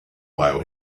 allow